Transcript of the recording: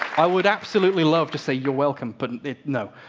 i would absolutely love to say you're welcome, but no.